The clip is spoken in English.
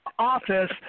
Office